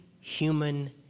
human